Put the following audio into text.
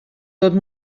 tot